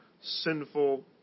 sinful